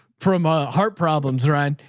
from a heart problems. right?